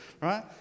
right